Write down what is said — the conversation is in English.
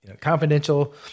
confidential